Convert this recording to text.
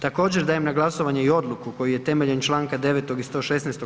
Također dajem na glasovanje i odluku koju je temeljem čl. 9. i 116.